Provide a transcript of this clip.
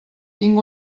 tinc